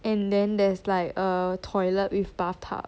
and then there's like a toilet with bathtub